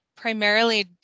primarily